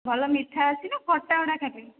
ଭଲ ମିଠା ଅଛି ନା ଖଟା ଗୁଡ଼ା ଖାଲି